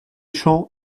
champs